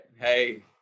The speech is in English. hey